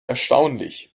erstaunlich